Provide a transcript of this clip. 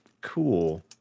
cool